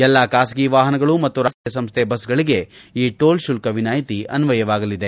ಎಲ್ಲ ಖಾಸಗಿ ವಾಹನಗಳು ಮತ್ತು ರಾಜ್ಯ ರಸ್ತೆ ಸಾರಿಗೆ ಸಂಸ್ಥೆ ಬಸ್ಗಳಿಗೆ ಈ ಟೋಲ್ ಶುಲ್ಕ ವಿನಾಯಿತಿ ಅನ್ವಯವಾಗಲಿದೆ